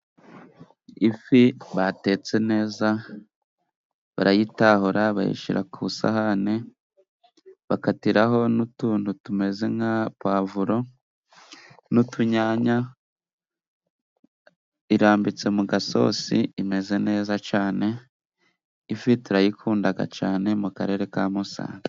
Ifi batetse neza, barayitahura, bayishira ku isahani, bakatiraho n'utuntu tumeze nka pavuro n’utunyanya. Irambitse mu gasosi, imeze neza cane. Ifi, turayikundaga cane mu Karere ka Musanze.